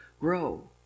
grow